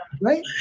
right